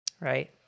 Right